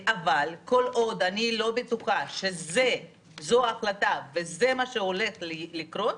אבל כל עוד אני לא בטוחה שזו ההחלטה וזה מה שהולך לקרות,